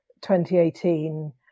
2018